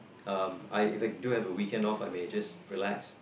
um I If I do have a weekend off I may just relax